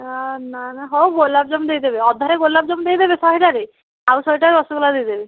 ଏ ନା ନା ହଉ ଗୋଲାପଜାମୁନ୍ ଦେଇଦେବେ ଅଧାରେ ଗୋଲାପଜାମୁନ୍ ଦେଇଦେବେ ଶହେଟାରେ ଆଉ ଶହେଟା ରସଗୋଲା ଦେଇଦେବେ